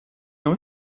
não